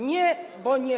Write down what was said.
Nie, bo nie.